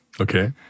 Okay